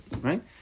Right